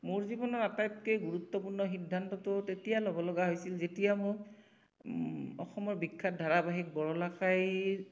মোৰ জীৱনৰ আটাইতকৈ গুৰুত্বপূৰ্ণ সিদ্ধান্তটো তেতিয়া ল'ব লগা হৈছিল যেতিয়া মোৰ অসমৰ বিখ্য়াত ধাৰাবাহিক বৰলা কাইৰ